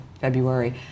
February